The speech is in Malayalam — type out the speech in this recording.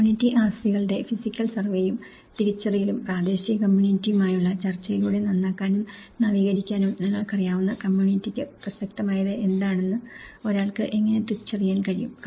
കമ്മ്യൂണിറ്റി ആസ്തികളുടെ ഫിസിക്കൽ സർവേയും തിരിച്ചറിയലും പ്രാദേശിക കമ്മ്യൂണിറ്റിയുമായുള്ള ചർച്ചയിലൂടെ നന്നാക്കാനും നവീകരിക്കാനും നിങ്ങൾക്കറിയാവുന്ന കമ്മ്യൂണിറ്റിക്ക് പ്രസക്തമായത് എന്താണെന്നു ഒരാൾക്ക് എങ്ങനെ തിരിച്ചറിയാൻ കഴിയും